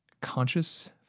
Conscious